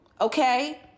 Okay